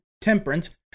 temperance